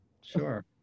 sure